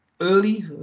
early